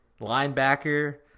linebacker